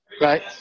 Right